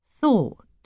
thought